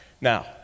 Now